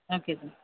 okay ma'am